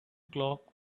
clock